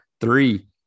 three